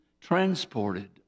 transported